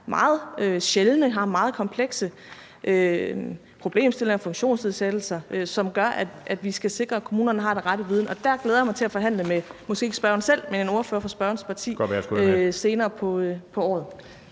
meget sjældne og komplekse problemstillinger eller funktionsnedsættelser, som gør, at vi skal sikre, at kommunerne har den rette viden. Der glæder jeg mig til at forhandle måske ikke med spørgeren selv, men med en ordfører fra spørgerens parti senere på året.